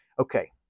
okay